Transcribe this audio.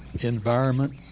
environment